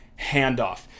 handoff